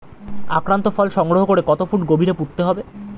আক্রান্ত ফল সংগ্রহ করে কত ফুট গভীরে পুঁততে হবে?